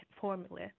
formula